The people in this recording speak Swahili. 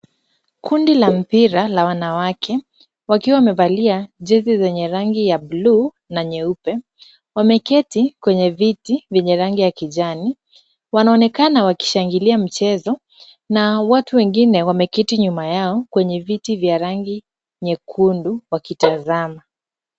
Kundi la mpira la wanawake, wakiwa wamevalia jezi zenye rangi ya bluu na nyeupe wameketi kwenye viti vyenye rangi ya kijani. Wanaonekana wakishangilia mchezo na watu wengine wameketi nyuma yao kwenye viti vya rangi nyekundu wakitazama.